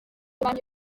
banki